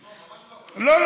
לא,